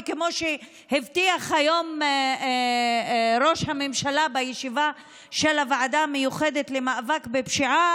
וכמו שהבטיח היום ראש הממשלה בישיבה של הוועדה המיוחדת למאבק בפשיעה,